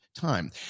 time